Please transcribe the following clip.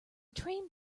train